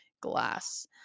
glass